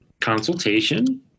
consultation